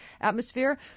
atmosphere